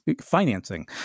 Financing